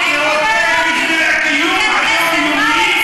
מהאיחוד האירופי בשביל הקיום היומיומי,